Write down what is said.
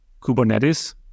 Kubernetes